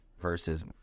versus